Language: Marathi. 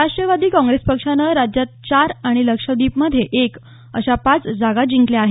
राष्ट्रवादी काँग्रेस पक्षानं राज्यात चार आणि लक्षद्वीपमध्ये एक अशा पाच जागा जिंकल्या आहेत